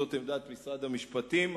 זאת עמדת משרד המשפטים,